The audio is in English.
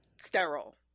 sterile